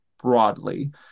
broadly